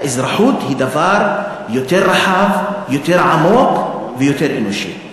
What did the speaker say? האזרחות היא דבר יותר רחב, יותר עמוק ויותר אנושי.